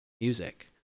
music